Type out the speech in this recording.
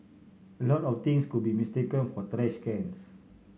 a lot of things could be mistaken for trash cans